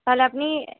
তাহলে আপনি